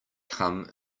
come